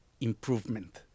improvement